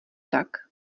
tak